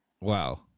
Wow